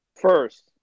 First